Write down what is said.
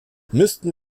müssten